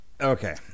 Okay